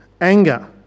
Anger